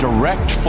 direct